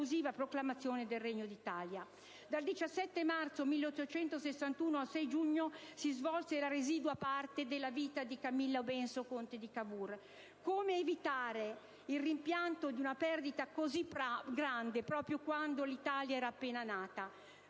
proclamazione del Regno d'Italia. Dal 17 marzo 1861 al 6 giugno successivo si svolse la residua parte della vita di Camillo Benso, conte di Cavour. Come evitare il rimpianto di una perdita così grande proprio quando l'Italia era appena nata?